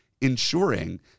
ensuring